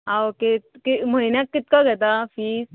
आं ओके म्हयन्याक कितको घेता फीज